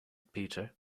peter